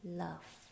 love